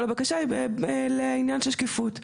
כל הבקשה היא לעניין של שקיפות.